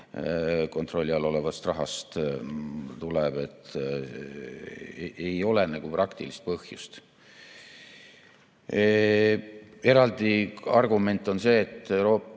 kontrolli all olevast rahast tuleb – no ei ole nagu praktilist põhjust. Eraldi argument on see, et Euroopa